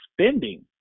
spending